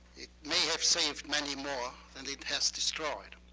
it may have saved many more than it has destroyed.